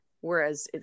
Whereas